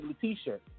T-shirt